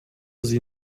sie